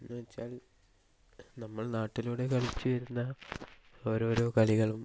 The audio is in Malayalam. എന്ന് വെച്ചാൽ നമ്മൾ നാട്ടിലൂടെ കളിച്ചു വരുന്ന ഓരോരോ കളികളും